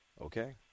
Okay